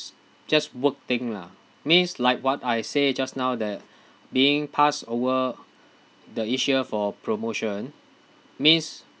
just work thing lah means like what I say just now that being passed over the issue for promotion means